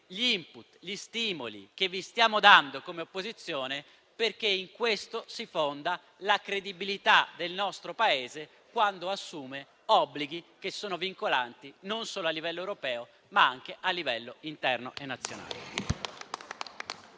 gli *input* e gli stimoli che vi stiamo dando come opposizione, perché su questo si fonda la credibilità del nostro Paese quando assume obblighi vincolanti non solo a livello europeo, ma anche interno e nazionale.